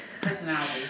personality